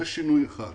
זה שינוי אחד.